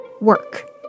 Work